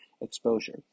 exposure